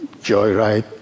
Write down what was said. joyride